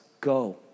Go